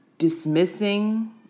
dismissing